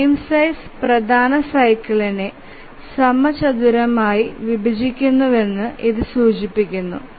frame size പ്രധാന സൈക്കിളിനേ സമചതുരമായി വിഭജിക്കുന്നുവെന്ന് ഇത് സൂചിപ്പിക്കുന്നു